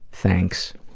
thanks.